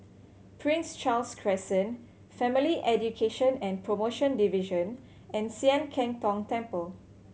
Prince Charles Crescent Family Education and Promotion Division and Sian Keng Tong Temple